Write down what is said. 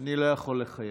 אני לא יכול לחייב.